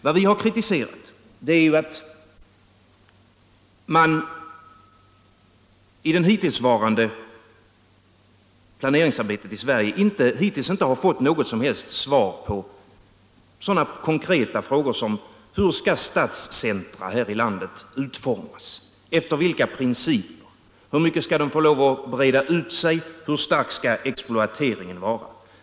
Vad vi har kritiserat är att man genom det hittillsvarande planeringsarbetet i Sverige inte fått något som helst svar på sådana konkreta frågor som: Efter vilka principer skall stadscentra här i landet utformas? Hur mycket skall de få breda ut sig, hur stark skall exploateringen vara?